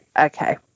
okay